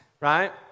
right